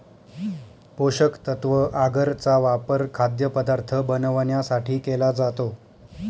पोषकतत्व आगर चा वापर खाद्यपदार्थ बनवण्यासाठी केला जातो